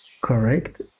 correct